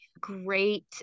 great